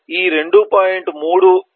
2 జరిగింది తరువాత ఈ 2